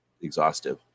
exhaustive